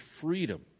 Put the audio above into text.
freedom